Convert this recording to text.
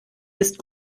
ist